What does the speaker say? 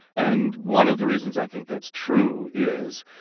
and one of the reasons i think that's true is,